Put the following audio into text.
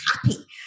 happy